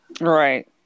right